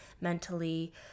mentally